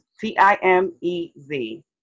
T-I-M-E-Z